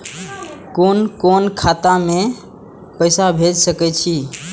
कुन कोण खाता में पैसा भेज सके छी?